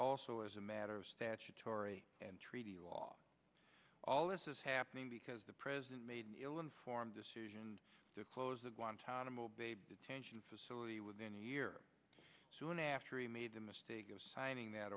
also as a matter of statutory and treaty law all this is happening because the president made ill informed decision to close the guantanamo bay detention facility within a year soon after he made the mistake of signing that